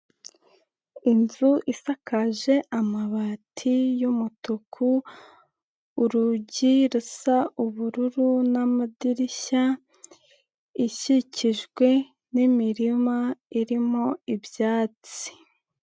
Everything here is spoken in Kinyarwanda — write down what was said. Inzu isakaje amabati y'umutuku, urugi rusa ubururu n'amadirishya, ikikijwe n'imirima irimo ibyatsi.